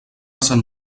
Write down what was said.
sant